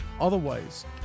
Otherwise